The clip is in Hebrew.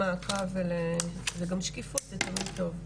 מעקב וגם שקיפות זה דבר שהוא תמיד טוב.